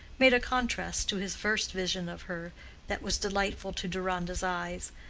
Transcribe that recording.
made a contrast to his first vision of her that was delightful to deronda's eyes.